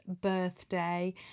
birthday